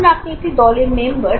ধরুন আপনি একটি দলের মেম্বার